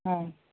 ꯑꯥ